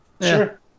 Sure